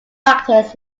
actors